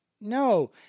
no